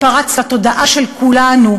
ופרץ לתודעה של כולנו,